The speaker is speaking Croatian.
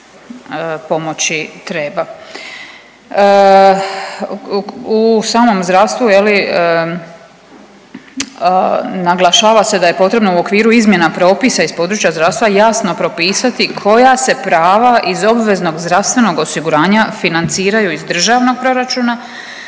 U samom zdravstvu, je li, naglašava se da je potrebno u okviru izmjena propisa iz područja zdravstva jasno propisati koja se prava iz obveznog zdravstvenog osiguranja financiraju iz državnog proračuna,